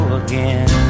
again